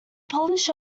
polish